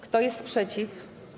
Kto jest przeciw?